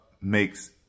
makes